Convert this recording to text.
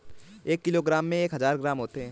एक किलोग्राम में एक हजार ग्राम होते हैं